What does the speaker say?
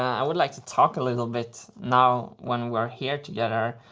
i would like to talk a little bit now, when we're here together,